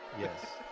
Yes